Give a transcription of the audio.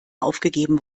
aufgegeben